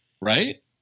right